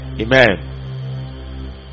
Amen